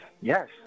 yes